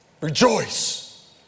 Rejoice